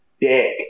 dick